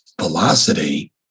velocity